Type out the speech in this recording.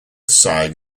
side